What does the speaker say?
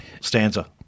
stanza